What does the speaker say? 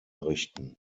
richten